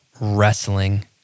wrestling